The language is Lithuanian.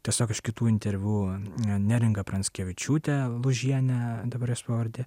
tiesiog iš kitų interviu neringa pranckevičiūtė lūžienė dabar jos pavardė